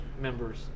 members